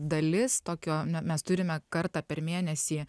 dalis tokio ne mes turime kartą per mėnesį